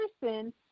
person